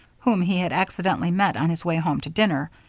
whom he had accidentally met on his way home to dinner,